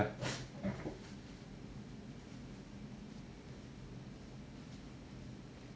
fo